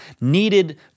needed